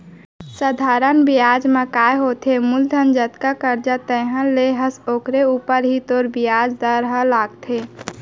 सधारन बियाज म काय होथे मूलधन जतका करजा तैंहर ले हस ओकरे ऊपर ही तोर बियाज दर ह लागथे